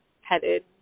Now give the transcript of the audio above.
headed